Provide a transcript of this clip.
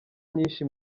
nyinshi